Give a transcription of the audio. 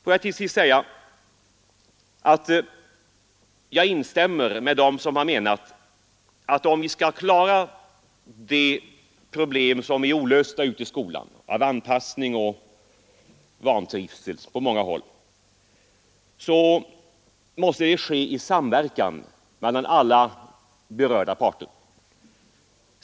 Får jag till sist säga att jag instämmer med dem som har menat att om vi skall klara de problem som är olösta ute i skolan när det gäller anpassning och vantrivsel på många håll, så måste det ske i samverkan mellan alla berörda parter.